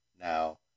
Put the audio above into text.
Now